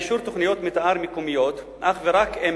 אישור תוכניות מיתאר מקומיות אך ורק אם